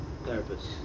Therapist